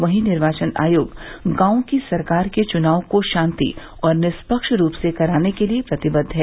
वहीं निर्वाचन आयोग गांव की सरकार के चुनाव को शांति और निष्पक्ष रूप से कराने के लिये प्रतिबद्ध है